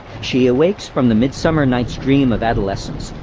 she awakes from the midsummer night's dream of adolescence,